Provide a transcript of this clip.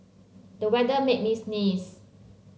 the weather made me sneeze